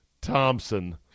Thompson